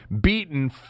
beaten